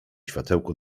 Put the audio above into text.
światełko